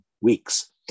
weeks